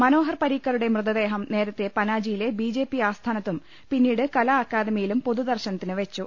മനോഹർ പരീക്കറുടെ മൃതദേഹം നേരത്തെ പനാജിയിലെ ബിജെപി ആസ്ഥാനത്തും പിന്നീട് കലാഅക്കാദമിയിലും പൊതുദർശനത്തിന് വെച്ചു